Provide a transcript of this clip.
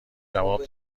جواب